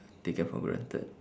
taken for granted